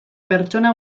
pertsona